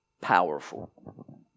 Powerful